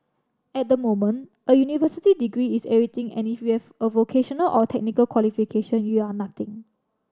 at the moment a university degree is everything and if you have a vocational or technical qualification you are nothing